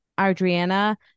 Adriana